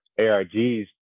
ARGs